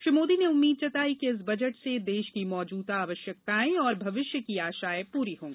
श्री मोदी ने उम्मीद जताई की इस बजट से देश की मौजूदा आवश्यकताओं और भविष्य की आशाएं पूरी होंगी